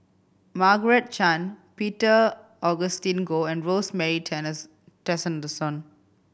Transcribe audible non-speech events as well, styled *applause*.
Margaret Chan Peter Augustine Goh and Rosemary *unintelligible*